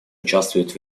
участвует